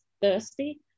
thirsty